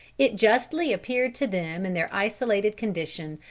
it justly appeared to them in their isolated condition,